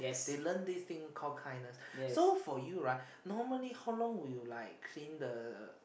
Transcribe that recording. they learn this thing call kindness so for you right normally how long will you clean the